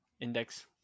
index